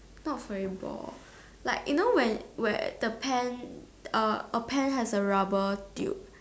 not furry ball like you know when where the pen uh a pen has a rubber tube